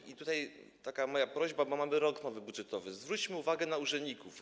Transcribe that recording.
I tutaj taka moja prośba, bo mamy nowy rok budżetowy: Zwróćmy uwagę na urzędników.